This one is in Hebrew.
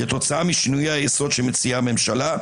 כתוצאה משינויי היסוד שמציעה הממשלה,